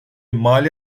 mali